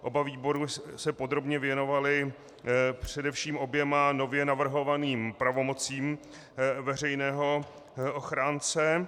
Oba výbory se podrobně věnovaly především oběma nově navrhovaným pravomocím veřejného ochránce.